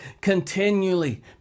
continually